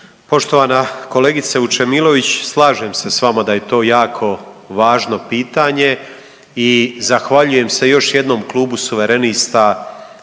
Poštovana kolegice Vučemilović, slažem se s vama da je to jako važno pitanje i zahvaljujem se još jednom Klubu suverenista